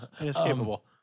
inescapable